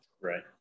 right